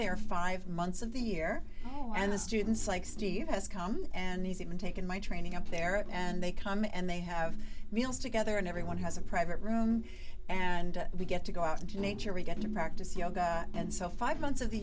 there five months of the year and the students like steve has come and he's even taken my training up there and they come and they have meals together and everyone has a private room and we get to go out into nature we get to practice yoga and so five months of the